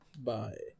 Bye